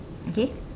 okay